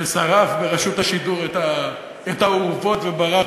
ששרף ברשות השידור את האורוות וברח,